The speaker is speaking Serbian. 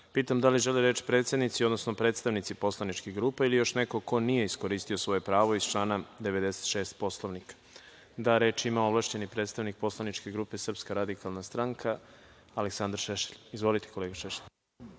pitam da li žele reč predsednici, odnosno predstavnici poslaničkih grupa ili još neko ko nije iskoristio svoje pravo iz člana 96. Poslovnika? (Da)Reč ima ovlašćeni predstavnik poslaničke grupe SRS Aleksandar Šešelj. Izvolite.